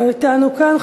לא אתנו כאן.